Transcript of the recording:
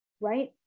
right